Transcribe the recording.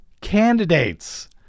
candidates